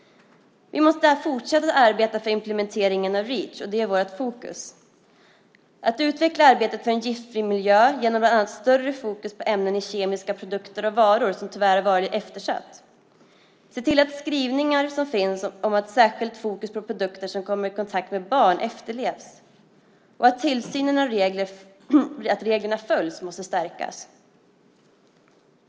Vi måste fortsätta arbeta för implementeringen av Reach. Det är vårt fokus. Det handlar om att utveckla arbetet för en giftfri miljö genom bland annat större fokus på ämnen i kemiska produkter och varor, vilket tyvärr har varit eftersatt, och om att se till att skrivningar som finns om särskilt fokus på produkter som kommer i kontakt med barn efterlevs. Tillsynen av att reglerna följs måste stärkas.